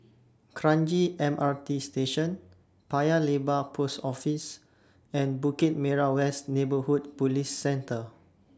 Kranji M R T Station Paya Lebar Post Office and Bukit Merah West Neighbourhood Police Centre